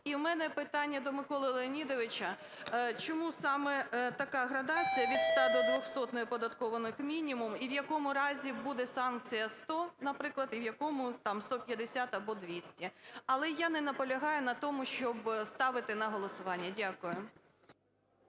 І в мене питання до Миколи Леонідовича. Чому саме така градація – від 100 до 200 неоподаткованих мінімумів, і в якому разі буде санкція 100, наприклад, і в якому там 150 або 200? Але я не наполягаю на тому, щоби ставити на голосування. Дякую.